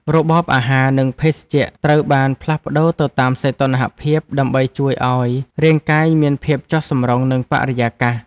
របបអាហារ និងភេសជ្ជៈត្រូវបានផ្លាស់ប្តូរទៅតាមសីតុណ្ហភាពដើម្បីជួយឱ្យរាងកាយមានភាពចុះសម្រុងនឹងបរិយាកាស។